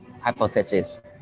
hypothesis